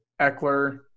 Eckler